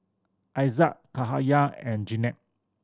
Aizat Cahaya and Jenab